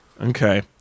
okay